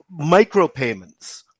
micropayments